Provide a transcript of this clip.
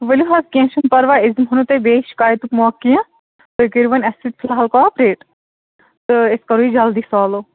ؤلِو حظ کیٚنہہ چھُنہٕ پرواے أسۍ دِمہو نہٕ تۄہہِ بیٚیہِ شِکایتُک موقعہٕ کیٚنہہ تُہۍ کٔرِو وۄنۍ اَسہِ سۭتۍ فِلحال کاپریٹ تہٕ أسۍ کَرَو یہِ جلدی سالُو